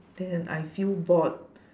then I feel bored